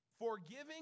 Forgiving